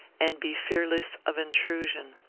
and be fearless of intrusion.